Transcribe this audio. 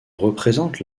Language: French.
représente